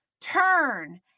Turn